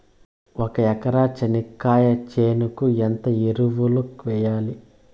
ఒక ఎకరా చెనక్కాయ చేనుకు ఎంత ఎరువులు వెయ్యాలి?